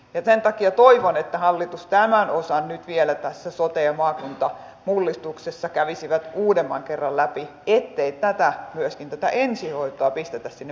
sen takia toivon että hallitus tämän osan nyt vielä tässä sote ja maakuntamullistuksessa kävisi uudemman kerran läpi ettei myöskin tätä ensihoitoa pistetä sinne bisneksen armoille